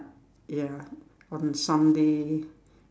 ya on Sunday